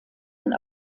ein